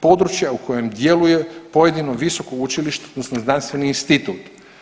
područja u kojem djeluje pojedino visoko učilište odnosno znanstveni institut.